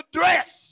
dress